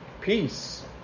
peace